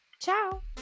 ciao